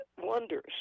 wonders